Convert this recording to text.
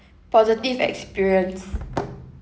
positive experience